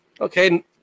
Okay